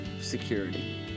security